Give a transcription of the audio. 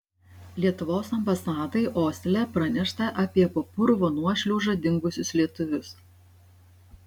lietuvos ambasadai osle pranešta apie po purvo nuošliauža dingusius lietuvius